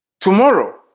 Tomorrow